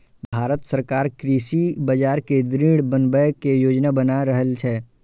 भांरत सरकार कृषि बाजार कें दृढ़ बनबै के योजना बना रहल छै